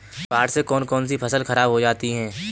बाढ़ से कौन कौन सी फसल खराब हो जाती है?